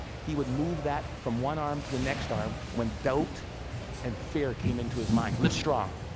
he would move that from one arm to the next arm, when doubt and fear came into his mind. live strong,